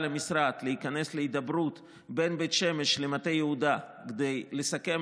המשרד להיכנס להידברות בין בית שמש למטה יהודה כדי לסכם